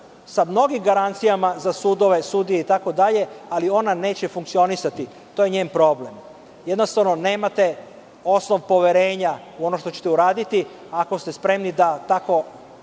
sa mnogim garancijama za sudove, sudije, itd, ali ona neće funkcionisati, to je njen problem, jednostavno, nemate osnov poverenja u ono što ćete uraditi, ako ste spremni da tako lagodno